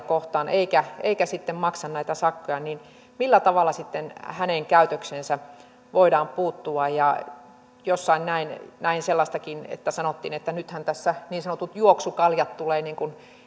kohtaan eikä eikä sitten maksa näitä sakkoja niin millä tavalla hänen käytökseensä voidaan puuttua jossain näin sellaistakin että sanottiin että nythän tässä niin sanotut juoksukaljat tulevat